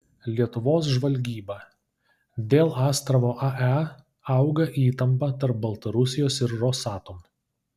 lietuvos žvalgyba dėl astravo ae auga įtampa tarp baltarusijos ir rosatom